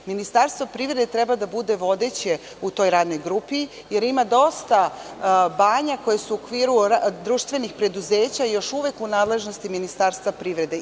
Ministarstvo privrede treba da bude vodeće u toj radnoj grupi, jer ima dosta banja koje su u okviru društvenih preduzeća još uvek u nadležnosti Ministarstva privrede.